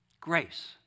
Grace